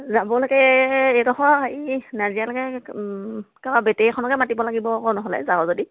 যাবলৈকে এইডোখৰ হেৰি নাজিৰালৈকে কাৰোবাৰ বেটেৰী এখনকে মাতিব লাগিব আকৌ নহ'লে যাৱ যদি